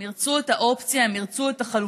הם ירצו את האופציה, הם ירצו את החלופה.